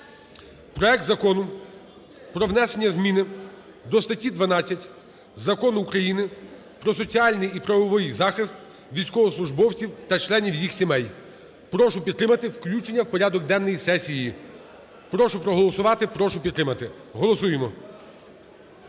проект Закону про внесення зміни до статті 12 Закону України "Про соціальний і правовий захист військовослужбовців та членів їх сімей". Прошу підтримати включення у порядок денний сесії. Прошу проголосувати, прошу підтримати. Голосуємо.